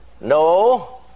No